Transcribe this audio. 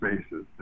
spaces